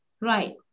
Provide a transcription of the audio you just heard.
right